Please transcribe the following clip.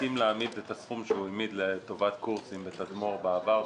הסכים להעמיד את הסכום שהוא העמיד לטובת קורסים בתדמור בעבר,